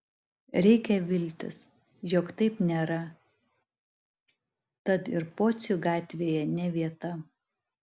reikia viltis jog taip nėra tad ir pociui gatvėje ne vieta